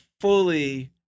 fully